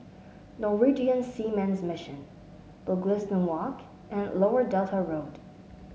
Norwegian Seamen's Mission Mugliston Walk and Lower Delta Road